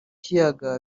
kiyaga